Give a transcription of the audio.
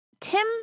Tim